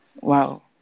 Wow